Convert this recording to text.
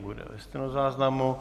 Bude ve stenozáznamu.